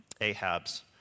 Ahab's